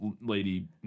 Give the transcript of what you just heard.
lady